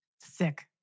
Sick